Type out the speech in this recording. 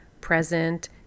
present